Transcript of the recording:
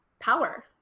power